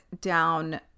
down